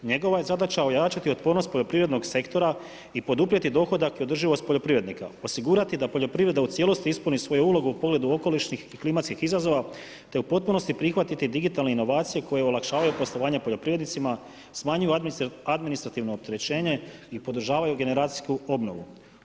Njegova je zadaća ojačati otpornost poljoprivrednog sektora i poduprijeti dohodak i održivost poljoprivrednika, osigurati da poljoprivreda u cijelosti ispuni svoju ulogu u pogledu okolišnih i klimatskih izazova te u potpunosti prihvatiti digitalne inovacije koje olakšavaju poslovanja poljoprivrednicima, smanjuju administrativno opterećenje i podržavaju generacijsku obnovu.